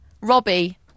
Robbie